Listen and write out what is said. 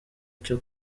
cyo